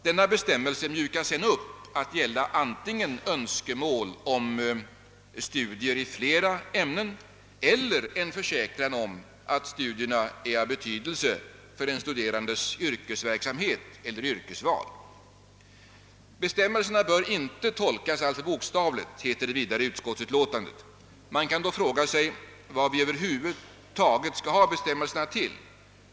Denna bestämmelse mjukas sedan upp till att gälla antingen önskemål om studier i flera ämnen eller en försäkran om att studierna är av betydelse för den studerandes yrkesverksamhet eller yrkesval. Bestämmelserna bör inte tolkas alltför bokstavligt, heter det vidare i utskottsutlåtandet. Man kan då fråga sig vad vi över huvud taget skall ha bestämmelserna till.